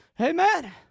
Amen